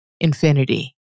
infinity